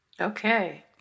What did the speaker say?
Okay